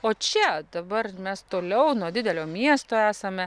o čia dabar mes toliau nuo didelio miesto esame